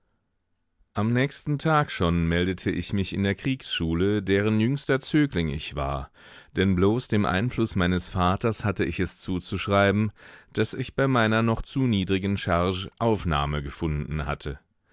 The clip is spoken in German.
am nächsten tag schon meldete ich mich in der kriegsschule deren jüngster zögling ich war denn bloß dem einfluß meines vaters hatte ich es zuzuschreiben daß ich bei meiner noch zu niedrigen charge aufnahme gefunden hatte